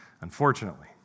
Unfortunately